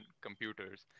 computers